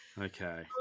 Okay